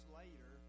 later